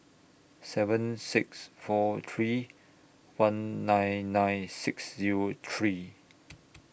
seven six four three one nine nine six Zero three